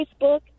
Facebook